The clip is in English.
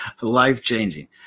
Life-changing